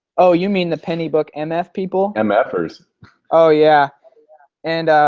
oh you mean the penny book and mf people? and mfer's oh yeah and